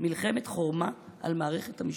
מלחמת חורמה על מערכת המשפט,